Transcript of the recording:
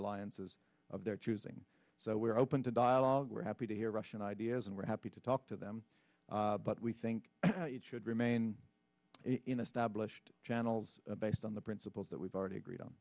alliances of their choosing so we are open to dialogue we're happy to hear russian ideas and we're happy to talk to them but we think it should remain in establishing channels based on the principles that we've already agreed on